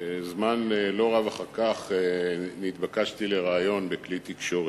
זמן לא רב אחר כך נתבקשתי לריאיון בכלי תקשורת,